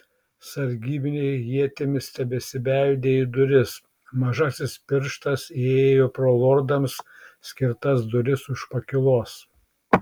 sargybiniai ietimis tebesibeldė į duris mažasis pirštas įėjo pro lordams skirtas duris už pakylos